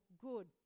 good